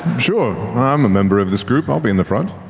sure, i'm a member of this group, i'll be in the front.